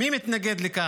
מי מתנגד לכך?